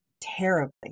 terribly